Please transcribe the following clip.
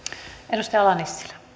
arvoisa rouva puhemies